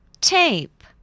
Tape